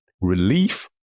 relief